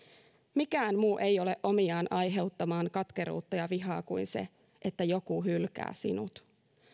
mikään muu ei ole omiaan aiheuttamaan katkeruutta ja vihaa kuin se että joku hylkää sinut